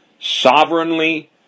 sovereignly